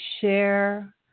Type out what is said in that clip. share